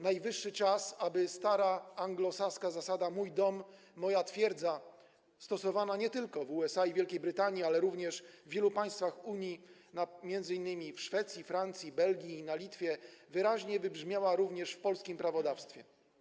Najwyższy czas, aby stara anglosaska zasada: mój dom, moja twierdza, stosowana nie tylko w USA i Wielkiej Brytanii, ale również w wielu państwach Unii, m.in. w Szwecji, Francji, Belgii i na Litwie, wyraźnie wybrzmiała również w polskim prawodawstwie.